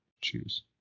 choose